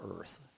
earth